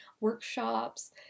workshops